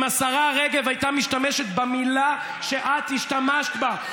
אם השרה רגב הייתה משתמשת במילה שאת השתמשת בה,